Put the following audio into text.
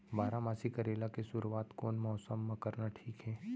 बारामासी करेला के शुरुवात कोन मौसम मा करना ठीक हे?